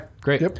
great